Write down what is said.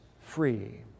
free